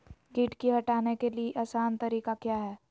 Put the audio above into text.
किट की हटाने के ली आसान तरीका क्या है?